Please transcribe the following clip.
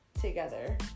together